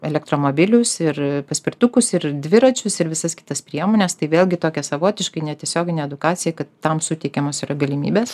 elektromobilius ir paspirtukus ir dviračius ir visas kitas priemones tai vėlgi tokia savotiškai netiesioginė edukacija kad tam suteikiamos yra galimybės